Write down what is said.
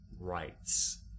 rights